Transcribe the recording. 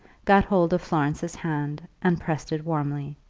got hold of florence's hand, and pressed it warmly.